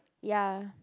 ya